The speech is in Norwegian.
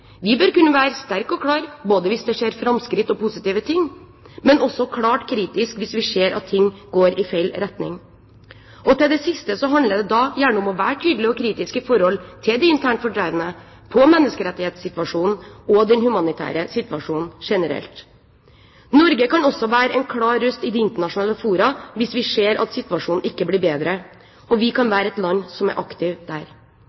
Vi bør kunne være sterke og klare hvis det skjer framskritt og positive ting, men også klart kritiske hvis vi ser at ting går i feil retning. Til det siste: Det handler gjerne om å være tydelig og kritisk når det gjelder de internt fordrevne, menneskerettighetssituasjonen og den humanitære situasjonen generelt. Norge kan også være en klar røst i de internasjonale fora hvis vi ser at situasjonen ikke blir bedre, og vi kan være et land som er aktivt der.